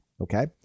Okay